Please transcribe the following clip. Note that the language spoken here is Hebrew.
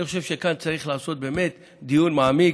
אני חושב שכאן צריך לעשות באמת דיון מעמיק,